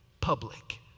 public